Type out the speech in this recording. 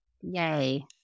Yay